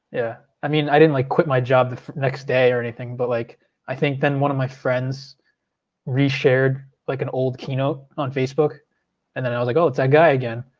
yeah. i mean i didn't like quit my job the next day or anything, but like i think then one of my friends re-shared like an old keynote on facebook and then i was like, oh, it's that guy again.